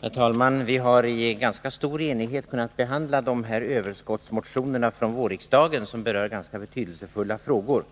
Herr talman! Vi har i rätt stor enighet kunnat behandla överskottsmotionerna från vårriksdagen, vilka berör ganska betydelsefulla frågor.